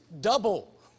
double